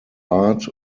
art